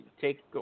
take